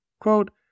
Quote